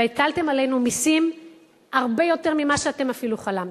והטלתם עלינו מסים הרבה יותר ממה שאתם אפילו חלמתם,